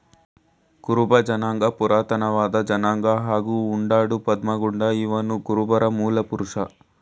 ಕುರುಬ ಜನಾಂಗ ಪುರಾತನವಾದ ಜನಾಂಗ ಹಾಗೂ ಉಂಡಾಡು ಪದ್ಮಗೊಂಡ ಇವನುಕುರುಬರ ಮೂಲಪುರುಷ